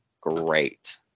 great